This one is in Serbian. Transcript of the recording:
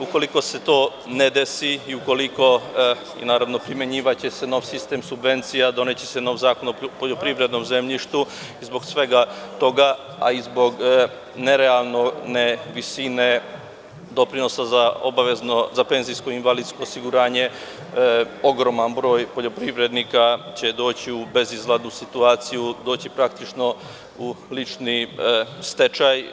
Ukoliko se to ne desi, i ukoliko i naravno primenjivaće se nov sistem subvencija, doneće se nov zakon o poljoprivrednom zemljištu i zbog svega toga a i zbog nerealne visine doprinosa za obavezno penzijsko i invalidsko osiguranje, ogroman broj poljoprivrednika će doći u bezizlaznu situaciju, doći praktično u lični stečaj.